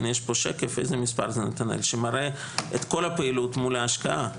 יש פה שקף שמראה את כל הפעילות מול ההשקעה.